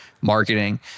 marketing